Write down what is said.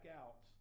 out